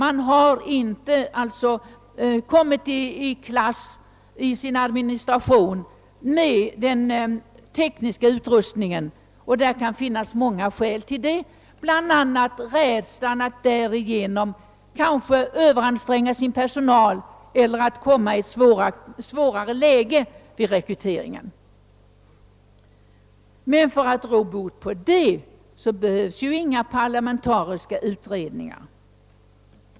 Administrationen av sjukhusen har inte kommit upp i jämnhöjd med den tekniska utrustningen. Det kan finnas många skäl till detta, bl.a. rädslan för att man kanske överanstränger sin personal och därigenom kommer i ett svårare läge vid rekryteringen. Men för att råda bot på detta behövs inga parlamentariska utredningar.